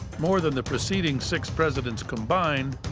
more than the preceding six presidents combined,